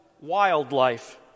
wildlife